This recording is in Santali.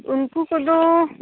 ᱩᱱᱠᱩ ᱠᱚᱫᱚ